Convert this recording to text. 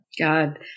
God